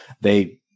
they-